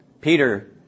Peter